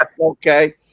Okay